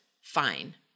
fine